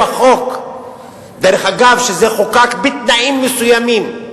דרך אגב, זה חוקק בתנאים מסוימים.